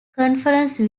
conference